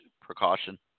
precaution